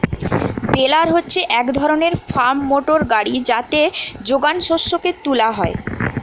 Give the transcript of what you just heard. বেলার হচ্ছে এক ধরণের ফার্ম মোটর গাড়ি যাতে যোগান শস্যকে তুলা হয়